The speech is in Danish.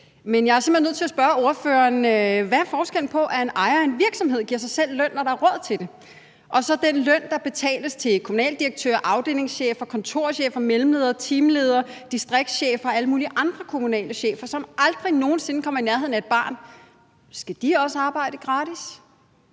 hen nødt til at spørge ordføreren: Hvad er forskellen på, at en ejer af en virksomhed giver sig selv løn, når der er råd til det, og så den løn, der betales til kommunaldirektører, afdelingschefer, kontorchefer, mellemledere, teamledere, distriktschefer og alle mulige andre kommunale chefer, som aldrig nogen sinde kommer i nærheden af et barn? Skal de også arbejde gratis?